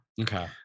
Okay